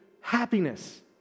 happiness